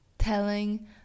telling